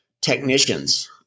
technicians